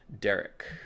derek